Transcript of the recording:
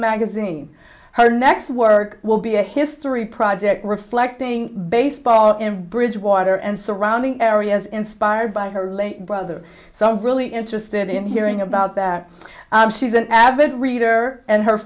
magazine her next work will be a history project reflecting baseball in bridgewater and surrounding areas inspired by her late brother so i'm really interested in hearing about that she's an avid reader and her